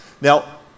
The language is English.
Now